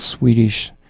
Swedish